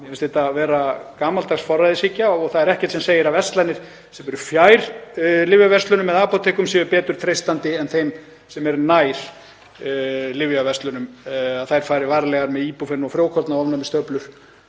Mér finnst þetta vera gamaldags forræðishyggja og það er ekkert sem segir að verslunum sem eru fjær lyfjaverslunum eða apótekum sé betur treystandi en þeim sem eru nær lyfjaverslunum, að þær fari varlegar með íbúfen og frjókornaofnæmistöflur,